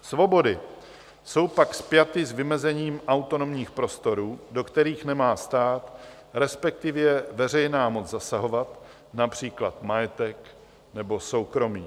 Svobody jsou pak spjaty s vymezením autonomních prostorů, do kterých nemá stát, respektive veřejná moc, zasahovat, například majetek nebo soukromí.